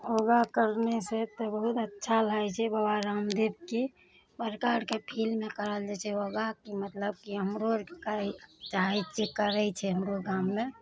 योगा कयला सऽ तऽ बहुत अच्छा लागै छै बाबा रामदेवके बड़का बड़का फील्डमे कयल जाइ छै योगा मतलब कि हमरो आरके करय लए चाहै छियै करै छै हमरो गाममे